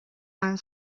and